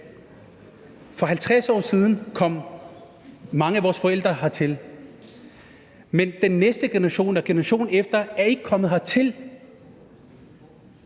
for 50 år siden kom mange af vores forældre hertil, men den næste generation og generationen efter er ikke kommet hertil.